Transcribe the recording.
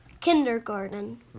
Kindergarten